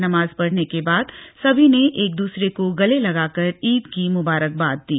नमाज पढ़ने के बाद सभी ने एक दूसरे को गले लगाकर ईद की मुबारकबाद दी